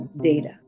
data